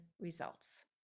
results